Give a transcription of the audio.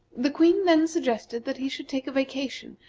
the queen then suggested that he should take a vacation,